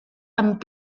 amb